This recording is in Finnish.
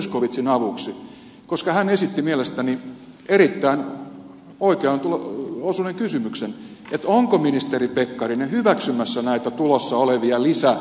zyskowiczin avuksi koska hän esitti mielestäni erittäin oikeaan osuneen kysymyksen että onko ministeri pekkarinen hyväksymässä näitä tulossa olevia lisävakuuspäätöksiä